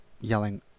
yelling